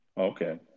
Okay